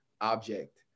object